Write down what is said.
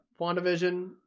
wandavision